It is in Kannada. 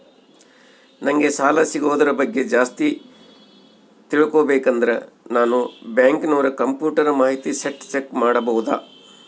ನಂಗೆ ಸಾಲ ಸಿಗೋದರ ಬಗ್ಗೆ ಜಾಸ್ತಿ ತಿಳಕೋಬೇಕಂದ್ರ ನಾನು ಬ್ಯಾಂಕಿನೋರ ಕಂಪ್ಯೂಟರ್ ಮಾಹಿತಿ ಶೇಟ್ ಚೆಕ್ ಮಾಡಬಹುದಾ?